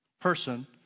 Person